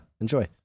enjoy